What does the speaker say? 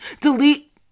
Delete